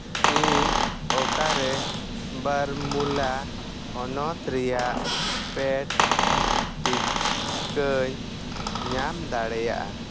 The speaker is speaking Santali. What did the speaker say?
ᱤᱧ ᱚᱠᱟᱨᱮ ᱵᱟᱨᱢᱩᱞᱟ ᱦᱚᱱᱚᱛ ᱨᱮᱭᱟᱜ ᱯᱮᱰ ᱴᱤᱠᱟᱹᱧ ᱧᱟᱢ ᱫᱟᱲᱮᱭᱟᱜᱼᱟ